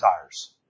tires